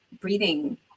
breathing